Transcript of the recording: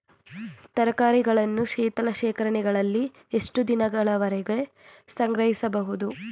ತರಕಾರಿಗಳನ್ನು ಶೀತಲ ಶೇಖರಣೆಗಳಲ್ಲಿ ಎಷ್ಟು ದಿನಗಳವರೆಗೆ ಸಂಗ್ರಹಿಸಬಹುದು?